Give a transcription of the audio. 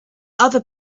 other